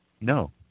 No